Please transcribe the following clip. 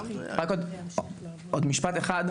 עוד משפט אחד.